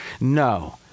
No